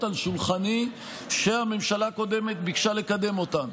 על שולחני שהממשלה הקודמת ביקשה לקדם אותן.